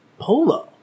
Polo